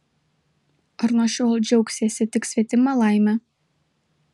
ar nuo šiol džiaugsiesi tik svetima laime